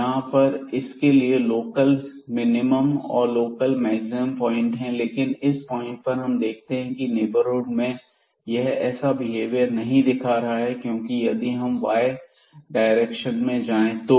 यहां पर इसके लिए लोकल मिनिमम और लोकल मैक्सिमम प्वाइंट हैं लेकिन इस पॉइंट पर हम देखते हैं की नेबरहुड में यह ऐसा बिहेवियर नहीं दिखा रहा है क्योंकि यदि हम y डायरेक्शन में जाएं तो